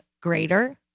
greater